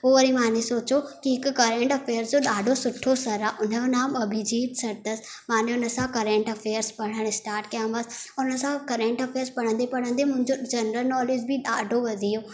पोइ वरी माने सोचो की हिकु करंट अफेयर्स जो ॾाढो सुठो सर आहे उनजो नाम अभिजीत सर अथसि माने उन सां करंट अफेयर्स पढ़ण स्टाट कया हुया और उन सां करंट अफेयर्स पढ़ंदे पढ़ंदे मुंहिंजो जनरल नॉलेज बि ॾाढो वधी वियो